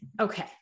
Okay